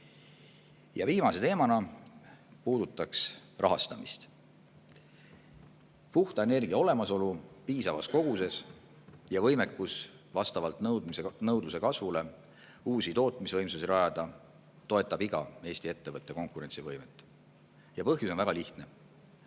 Viimase teemana puudutan rahastamist. Puhta energia olemasolu piisavas koguses ja võimekus vastavalt nõudluse kasvule uusi tootmisvõimsusi rajada toetab iga Eesti ettevõtte konkurentsivõimet. Ja põhjus on väga lihtne: